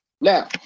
Now